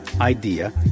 idea